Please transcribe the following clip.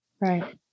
Right